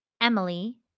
Emily